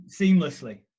Seamlessly